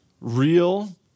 real